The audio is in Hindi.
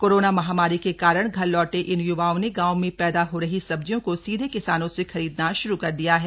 कोरोना महामारी के कारण घर लौटे इन य्वाओं ने गांव में पैदा हो रही सब्जियों को सीधे किसानों से खरीदना श्रू कर दिया है